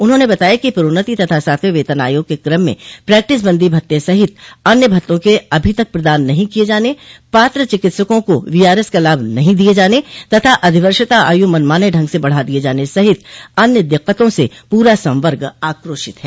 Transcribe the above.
उन्होंने बताया कि प्रोन्नति तथा सातवें वेतन आयोग के क्रम में प्रैक्टिस बंदी भत्ते सहित अन्य भत्तों के अभी तक प्रदान नहीं किये जाने पात्र चिकित्सकों को वोआरएस का लाभ नहीं दिये जाने तथा अधिवर्षता आयु मनमाने ढंग से बढ़ा दिये जाने सहित अन्य दिक्कतों से पूरा संवर्ग आक्रोशित है